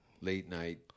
late-night